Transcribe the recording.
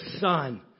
son